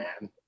man